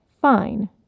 Fine